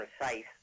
precise